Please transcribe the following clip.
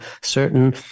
certain